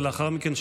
ולאחר מכן,